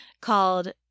called